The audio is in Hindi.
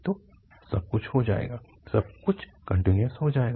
तो सब कुछ हो जाएगा सब कुछ कन्टीन्यूअस हो जाएगा